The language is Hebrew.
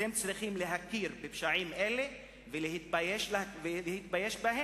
אתם צריכים להכיר בפשעים האלה ולהתבייש בהם.